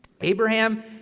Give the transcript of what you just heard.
Abraham